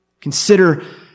Consider